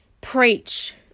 preach